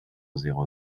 zéro